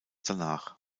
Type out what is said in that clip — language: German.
danach